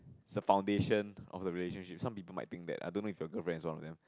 is a foundation of a relationship some people might think that I don't know if your girlfriend is one of them